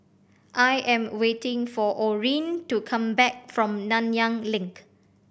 I am waiting for Orene to come back from Nanyang Link